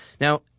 Now